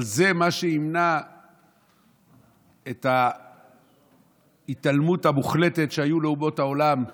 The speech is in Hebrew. אבל שזה מה שימנע את ההתעלמות המוחלטת שהייתה לאומות העולם כולן.